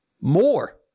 More